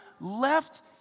left